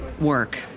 Work